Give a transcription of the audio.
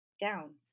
down